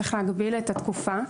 צריך להגביל את התקופה,